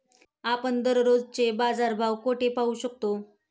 आपण दररोजचे बाजारभाव कोठे पाहू शकतो?